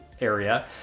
area